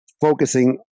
focusing